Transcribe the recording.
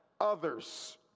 others